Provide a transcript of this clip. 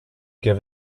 give